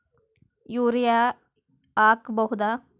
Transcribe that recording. Urea ಹಾಕ್ ಬಹುದ?